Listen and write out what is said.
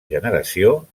generació